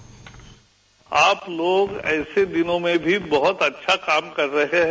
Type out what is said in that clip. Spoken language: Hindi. बाइट आप लोग ऐसे दिनों में भी अच्छा काम कर रहे हैं